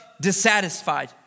dissatisfied